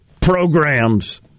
programs